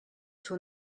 fer